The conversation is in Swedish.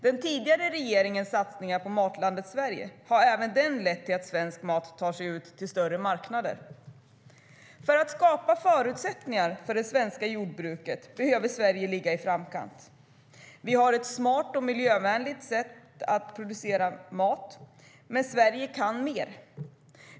Den tidigare regeringens satsning på Matlandet Sverige har även den lätt till att svensk mat tar sig ut till större marknader. För att skapa förutsättningar för det svenska jordbruket behöver Sverige ligga i framkant. Vi har ett smart och miljövänligt sätt att producera mat. Men Sverige kan mer.